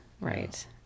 right